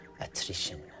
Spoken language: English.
attrition